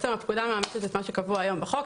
הפקודה מאמצת את מה שקבוע היום בחוק.